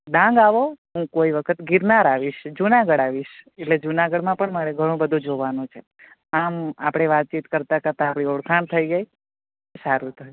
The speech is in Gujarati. ડાંગ આવો હું કોઈ વખત ગિરનાર આવીશ જૂનાગઢ આવીશ એટલે જૂનાગઢમાં પણ મારે ઘણું બધું જોવાનું છે આમ આપણે વાતચીત કરતા કરતા આપણી ઓળખાણ થઈ ગઈ સારું થયું